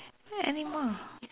any more